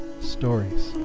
stories